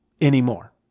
anymore